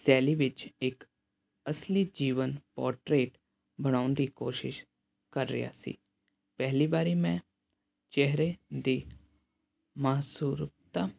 ਸ਼ੈਲੀ ਵਿੱਚ ਇੱਕ ਅਸਲੀ ਜੀਵਨ ਪੋਟਰੇਟ ਬਣਾਉਣ ਦੀ ਕੋਸ਼ਿਸ਼ ਕਰ ਰਿਹਾ ਸੀ ਪਹਿਲੀ ਵਾਰੀ ਮੈਂ ਚਿਹਰੇ ਦੀ ਮਾਸੂਮਤਾ